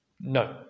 No